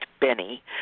Benny